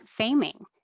faming